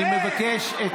אני מבקש,